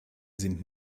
sind